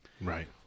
Right